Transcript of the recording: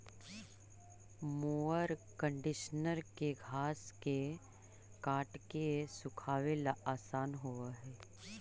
mower conditioner के घास के काट के सुखावे ला आसान होवऽ हई